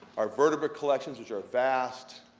our vertebrate collections, which are vast.